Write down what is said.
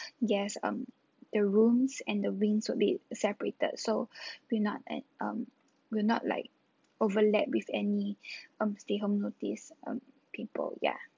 guests um the rooms and the wings would be separated so we're not like um we're not like overlap with any um stay home notice um people yeah